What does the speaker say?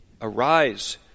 Arise